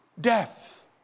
death